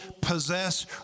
possess